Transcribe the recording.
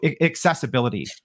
accessibility